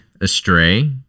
Astray